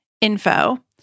info